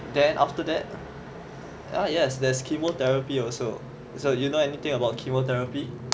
then after that ah yes there's chemotherapy also so you know anything about chemotherapy